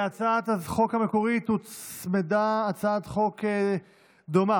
להצעת החוק המקורית הוצמדה הצעת חוק דומה,